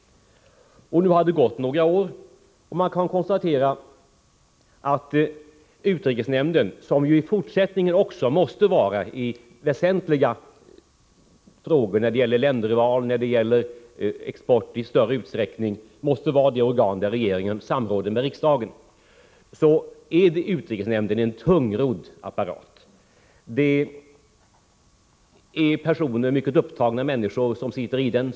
Nu har det gått några år, och man kan konstatera att utrikesnämnden, som juäveni fortsättningen i väsentliga frågor—t.ex. länderval och export i större utsträckning — måste vara det organ där regeringen samråder med riksdagen, är en tungrodd apparat. De personer som sitter i utrikesnämnden är mycket upptagna människor.